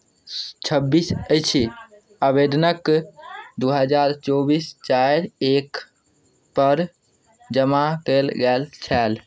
छब्बीस अछि आवेदनक दू हजार चौबीस चारि एकपर जमा कयल गेल छल